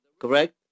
Correct